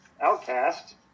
Outcast